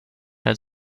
had